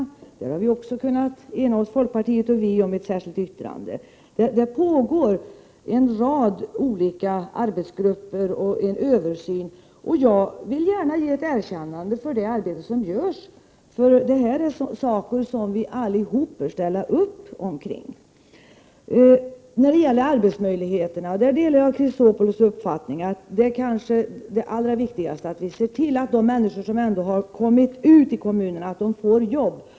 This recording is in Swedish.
I det fallet har också folkpartiet och moderaterna kunnat ena sig om ett särskilt yttrande. Det finns en rad olika arbetsgrupper, och det pågår en översyn. Jag vill gärna ge ett erkännande för det arbete som utförs, eftersom detta är saker som vi allihop bör ställa oss bakom. När det gäller arbetsmöjligheterna delar jag Alexander Chrisopoulos uppfattning att det allra viktigaste kanske är att vi ser till att de människor som ändå kommit ut i kommunerna får arbete.